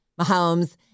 Mahomes